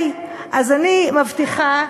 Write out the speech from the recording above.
נו באמת.